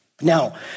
Now